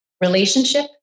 relationship